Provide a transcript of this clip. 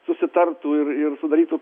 susitartų ir ir sudarytų